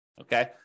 okay